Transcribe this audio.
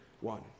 one